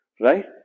right